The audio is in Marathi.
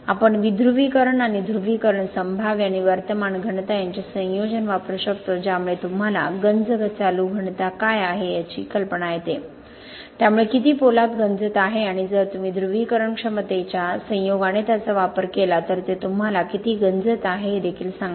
आपण विध्रुवीकरण आणि ध्रुवीकरण संभाव्य आणि वर्तमान घनता यांचे संयोजन वापरू शकतो ज्यामुळे तुम्हाला गंज चालू घनता काय आहे याची कल्पना येते त्यामुळे किती पोलाद गंजत आहे आणि जर तुम्ही ध्रुवीकरण क्षमतेच्या संयोगाने त्याचा वापर केला तर ते तुम्हाला किती गंजत आहे हे देखील सांगते